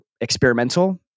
experimental